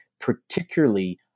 particularly